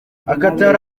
akatari